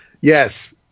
Yes